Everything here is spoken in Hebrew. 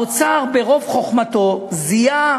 האוצר ברוב חוכמתו זיהה